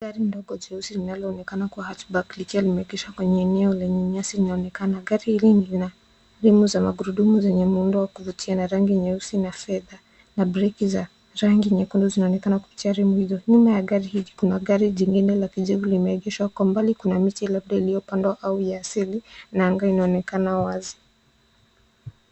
Gari ndogo jeusi linaloonekana kuwa Hatchback likiwa limeegeshwa kwenye eneo lenye nyasi linaonekana. Gari hili lina rimu za magurudumu zenye muundo wa kuvutia na rangi nyeusi na fedha na breki za rangi nyekundu zinaonekana kupitia rimu hizo. Nyuma ya gari hili kuna gari jingine la kijivu limeegeshwa. Kwa umbali kuna miti labda iliyopandwa au ya asili na anga inaonekana wazi.